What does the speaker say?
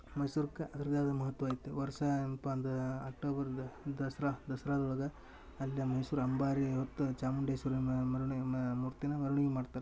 ಮೈಸೂರ್ಕ ಅದರದ್ದೇ ಆದ ಮಹತ್ವ ಐತೆ ವರ್ಷ ಏನ್ಪಾ ಅದು ಅಕ್ಟೋಬರ್ದ ದಸರಾ ದಸರಾದೊಳಗ ಅಲ್ಲೆ ಮೈಸೂರು ಅಂಬಾರಿ ಹೊತ್ತ ಚಾಮುಂಡೇಶ್ವರಿನ ಮರ್ಣಿ ಮೂರ್ತಿನ ಮೆರ್ವಣಿಗೆ ಮಾಡ್ತರೆ